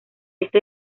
este